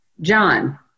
John